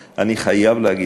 אני חייב להגיד לך